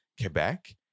Quebec